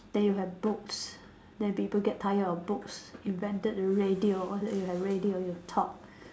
then you have books then people get tired of books invented the radio then you have radio you talk